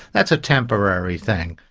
that's a temporary thing.